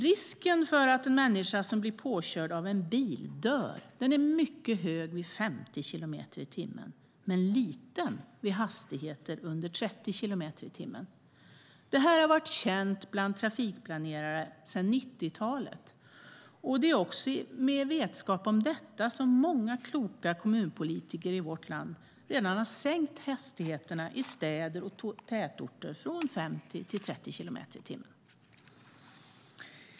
Risken för att en människa som blir påkörd av en bil dör är mycket hög vid 50 kilometer i timmen men liten vid hastigheter under 30 kilometer i timmen. Det har varit känt bland trafikplanerare sedan 90-talet. Det är med vetskap om detta som många kloka kommunpolitiker i vårt land redan har sänkt hastigheterna i städer och tätorter från 50 till 30 kilometer i timmen.